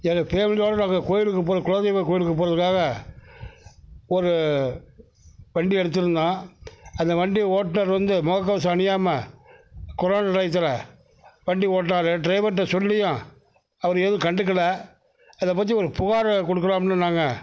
எங்கள் ஃபேமிலியோடு நாங்கள் கோயிலுக்கு போகிறோம் குலதெய்வ கோயிலுக்கு போகிறதுக்காக ஒரு வண்டி எடுத்துயிருந்தோம் அந்த வண்டி ஓட்டுநர் வந்து முகக்கவசம் அணியாமல் கொரோனா டயத்தில் வண்டி ஓட்டுனார் டிரைவர்கிட்ட சொல்லியும் அவர் எதுவும் கண்டுக்கல அதை பற்றி ஒரு புகார் கொடுக்கலாம்னு நாங்கள்